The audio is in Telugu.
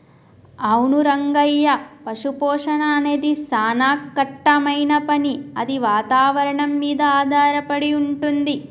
అవును రంగయ్య పశుపోషణ అనేది సానా కట్టమైన పని అది వాతావరణం మీద ఆధారపడి వుంటుంది